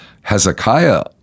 Hezekiah